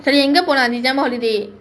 !hey! எங்கே போலாம்:engae polaam december holiday